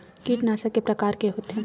कीटनाशक के प्रकार के होथे?